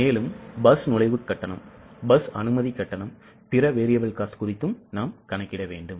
மேலும் பஸ் நுழைவு கட்டணம் பஸ் அனுமதி கட்டணம் பிற variable cost குறித்து கணக்கிடவேண்டும்